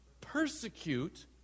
Persecute